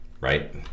Right